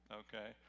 okay